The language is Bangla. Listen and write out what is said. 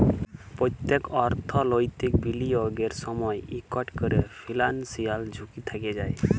প্যত্তেক অর্থলৈতিক বিলিয়গের সময়ই ইকট ক্যরে ফিলান্সিয়াল ঝুঁকি থ্যাকে যায়